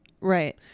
right